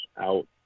out